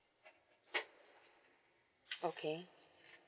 okay